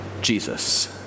Jesus